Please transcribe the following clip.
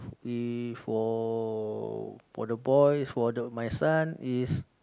if for the boy for my son is